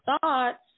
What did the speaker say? thoughts